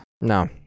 No